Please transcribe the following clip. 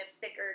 thicker